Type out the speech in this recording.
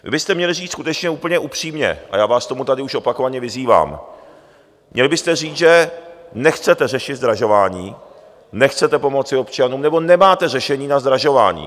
Vy byste měli říct skutečně úplně upřímně, a já vás k tomu tady už opakovaně vyzývám, měli byste říct, že nechcete řešit zdražování, nechcete pomoci občanům nebo nemáte řešení na zdražování.